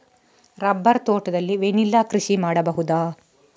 Rubber ತೋಟದಲ್ಲಿ vanilla ಕೃಷಿ ಮಾಡಬಹುದಾ?